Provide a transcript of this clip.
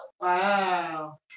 Wow